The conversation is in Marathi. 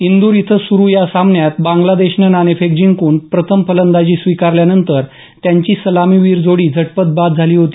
इंदूर इथं सुरू या सामन्यात बांगलादेशनं नाणेफेक जिंकून प्रथम फलंदाजी स्वीकारल्यानंतर त्यांची सलामीवीर जोडी झटपट बाद झाली होती